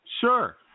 Sure